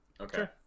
okay